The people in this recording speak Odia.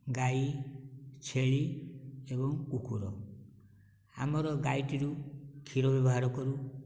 ଗାଈ ଛେଳି ଏବଂ କୁକୁର ଆମର ଗାଈଟିରୁ କ୍ଷୀର ବି ବାହାର କରୁ